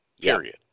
period